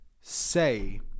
say